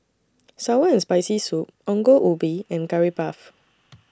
Sour and Spicy Soup Ongol Ubi and Curry Puff